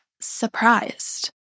surprised